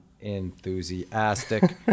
enthusiastic